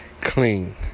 clean